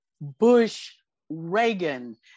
Bush-Reagan